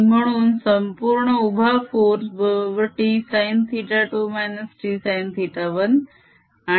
आणि म्हणून संपूर्ण उभा फोर्स बरोबर T sin θ 2 T sin θ 1 आहे